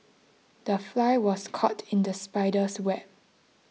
the fly was caught in the spider's web